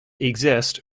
exist